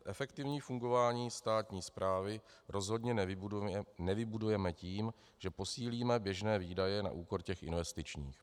Efektivní fungování státní správy rozhodně nevybudujeme tím, že posílíme běžné výdaje na úkor těch investičních.